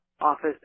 office